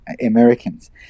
americans